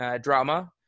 drama